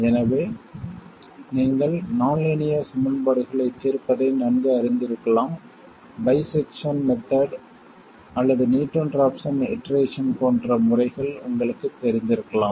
எனவே நீங்கள் நான் லீனியர் சமன்பாடுகளைத் தீர்ப்பதை நன்கு அறிந்திருக்கலாம் பைசெக்சன் மெத்தட் அல்லது நியூட்டன் ராப்சன் இடரேஷன் போன்ற முறைகள் உங்களுக்குத் தெரிந்திருக்கலாம்